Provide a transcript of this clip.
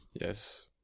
Yes